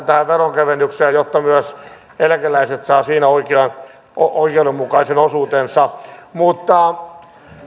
tähän veronkevennykseen jotta myös eläkeläiset saavat siinä oikeudenmukaisen osuutensa mutta